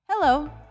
Hello